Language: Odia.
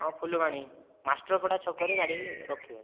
ହଁ ଫୁଲବାଣୀ ମାଷ୍ଟ୍ରପଡ଼ା ଛକରେ ଗାଡ଼ି ରଖିବେ